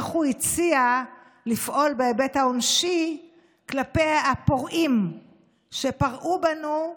איך הוא הציע לפעול בהיבט העונשי כלפי הפורעים שפרעו בנו לאחרונה,